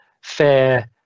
fair